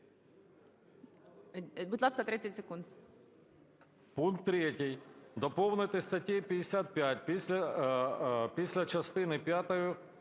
Будь ласка, 30 секунд.